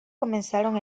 comenzaron